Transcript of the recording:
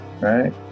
right